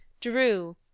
drew